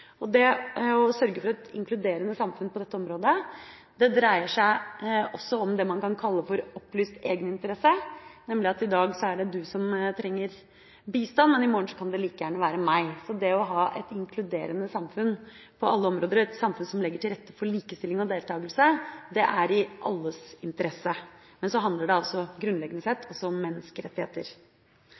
inkluderende samfunn på dette området dreier seg også om det man kan kalle opplyst egeninteresse, nemlig at i dag er det du som trenger bistand, i morgen kan det like gjerne være meg. Det å ha et inkluderende samfunn på alle områder, et samfunn som legger til rette for likestilling og deltakelse, er i alles interesse. Det handler grunnleggende sett om menneskerettigheter. Familien er for de fleste den viktigste rammen rundt barnas oppvekst. Barn og unge med nedsatt funksjonsevne skal så langt det